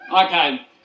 Okay